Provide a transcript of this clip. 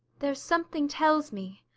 there's something tells me,